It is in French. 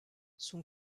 son